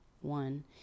one